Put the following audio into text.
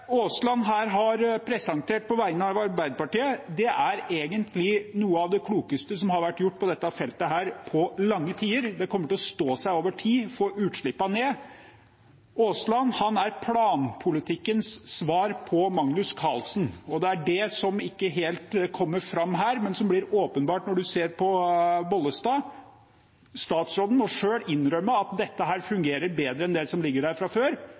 Aasland her har presentert på vegne av Arbeiderpartiet, er egentlig noe av det klokeste som har vært gjort på dette feltet på lange tider. Det kommer til å stå seg over tid og få utslippene ned. Aasland er planpolitikkens svar på Magnus Carlsen, og det kommer ikke helt fram her, men blir åpenbart når en hører på statsråd Vervik Bollestad. Statsråden må selv innrømme at dette fungerer bedre enn det som ligger der fra før,